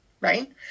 Right